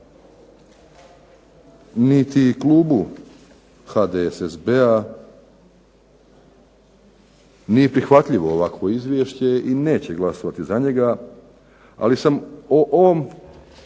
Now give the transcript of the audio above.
niti klubu HDSSB-a nije prihvatljivo ovakvo izvješće i neće glasovati za njega, ali sam o ovim